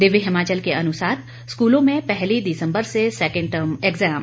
दिव्य हिमाचल के अनुसार स्कूलों में पहली दिसंबर से सेकेंड टर्म एग्ज़ाम